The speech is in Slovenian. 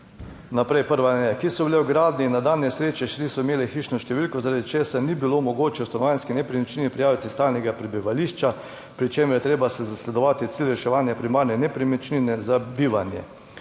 naprej, prva, ki so bile v gradnji na da nesreče, še niso imeli hišno številko, zaradi česar ni bilo mogoče v stanovanjski nepremičnini prijaviti stalnega prebivališča, pri čemer je treba zasledovati cilj reševanja primarne nepremičnine za bivanje,